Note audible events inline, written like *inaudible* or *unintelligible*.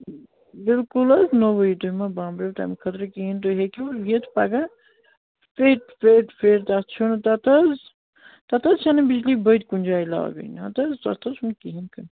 بِلکُل حظ نوٚوُے تُہۍ ما بامبٛرِو تَمہِ خٲطرٕ کِہیٖنۍ تُہۍ ہیٚکِو یِتھ پگاہ *unintelligible* تَتھ چھُنہٕ تَتھ حظ تَتھ حظ چھَنہٕ بِجلی بٔتۍ کُنہِ جایہِ لاگٕنۍ ہَتہٕ حظ تَتھ حظ چھُنہٕ کِہیٖنۍ تہِ